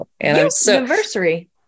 anniversary